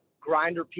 grinder